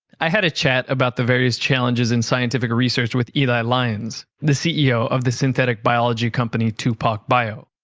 i had a chat about the various challenges in scientific research with eli lyons the ceo of the synthetic biology company tupac bio.